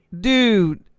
Dude